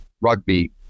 rugby